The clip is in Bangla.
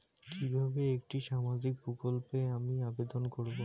কিভাবে একটি সামাজিক প্রকল্পে আমি আবেদন করব?